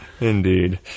Indeed